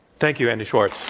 thank you, andy schwartz.